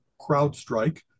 CrowdStrike